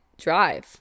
drive